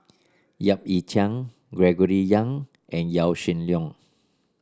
Yap Ee Chian Gregory Yong and Yaw Shin Leong